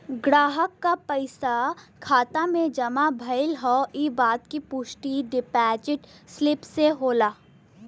ग्राहक क पइसा खाता में जमा भयल हौ इ बात क पुष्टि डिपाजिट स्लिप से होला